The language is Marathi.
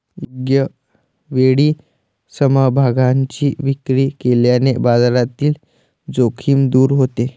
योग्य वेळी समभागांची विक्री केल्याने बाजारातील जोखीम दूर होते